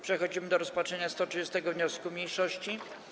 Przechodzimy do rozpatrzenia 130. wniosku mniejszości.